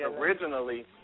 originally